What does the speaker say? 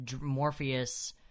Morpheus